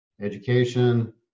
education